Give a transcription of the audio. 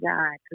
God